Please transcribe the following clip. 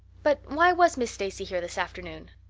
but why was miss stacy here this afternoon?